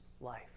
life